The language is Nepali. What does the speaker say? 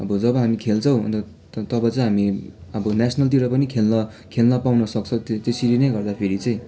अब जब हामी खेल्छौँ अन्त तब चाहिँ हामी अब न्यासनलतिर खेल्न खेल्न पाउन सक्छौँ त्यो त्यसरी नै गर्दाखेरि चाहिँ